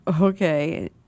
Okay